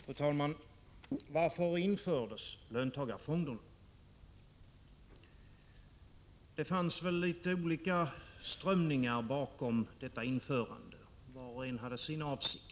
Fru talman! Varför infördes löntagarfonderna? Det fanns olika strömningar bakom detta införande, och var och en hade sin avsikt.